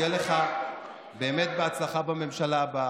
שיהיה לך באמת בהצלחה בממשלה הבאה,